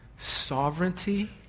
Sovereignty